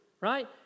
right